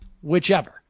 whichever